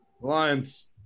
Lions